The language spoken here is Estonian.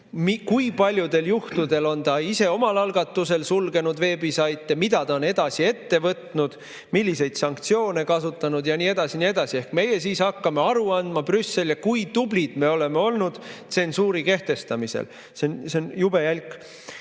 kui paljudel juhtudel on ta ise omal algatusel sulgenud veebisaite, mida ta on edasi ette võtnud, milliseid sanktsioone kasutanud ja nii edasi ja nii edasi. Ehk me siis hakkame aru andma Brüsselile, kui tublid me oleme olnud tsensuuri kehtestamisel. See on jube